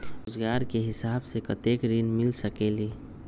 रोजगार के हिसाब से कतेक ऋण मिल सकेलि?